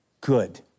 good